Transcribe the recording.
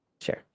Sure